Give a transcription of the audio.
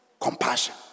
compassion